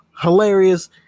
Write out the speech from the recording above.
hilarious